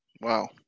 wow